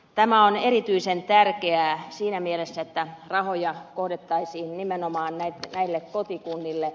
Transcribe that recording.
tämä on erityisen tärkeää siinä mielessä että rahoja kohdennettaisiin nimenomaan näille kotikunnille